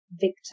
victor